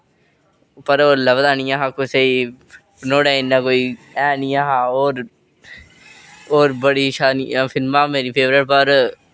पर ओह् लभदा नि ऐहा कुसेई नुआढ़े इन्ना कोई ऐह् नि ऐ हा और और बड़ी फिलमां मेरी फेवरेट पर